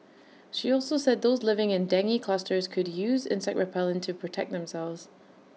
she also said those living in dengue clusters could use insect repellent to protect themselves